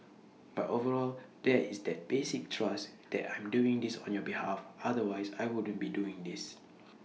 but overall there is that basic trust that I'm doing this on your behalf otherwise I wouldn't be doing this